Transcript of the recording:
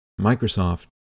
Microsoft